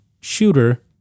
shooter